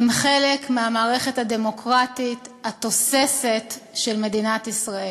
הם חלק מהמערכת הדמוקרטית התוססת של מדינת ישראל,